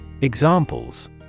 Examples